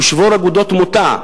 ושבור אגודות מוטה,